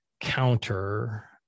counter